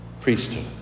priesthood